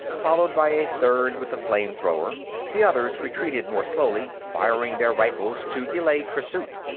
followed by a third with a flame-thrower the others retreated more slowly, firing their rifles to delay pursuit.